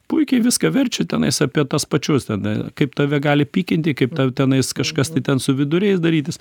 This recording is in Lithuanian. puikiai viską verčia tenais apie tas pačius ten kaip tave gali pykinti kaip tau tenais kažkas tai ten su viduriais darytis